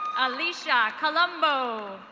alicia columbo.